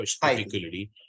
particularly